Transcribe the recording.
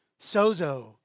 sozo